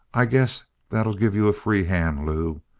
i guess that'll give you a free hand, lew!